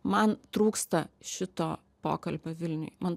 man trūksta šito pokalbio vilniuj man